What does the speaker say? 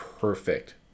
perfect